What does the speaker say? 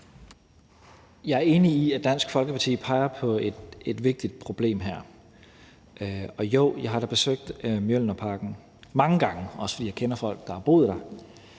Jeg er enig i, at Dansk Folkeparti peger på et vigtigt problem her. Jo, jeg har besøgt Mjølnerparken mange gange, også fordi jeg kender folk, der har boet der,